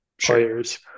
players